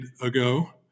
ago